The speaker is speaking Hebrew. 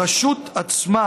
הרשות עצמה